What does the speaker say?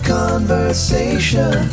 conversation